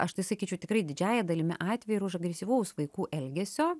aš tai sakyčiau tikrai didžiąja dalimi atvejų ir už agresyvaus vaikų elgesio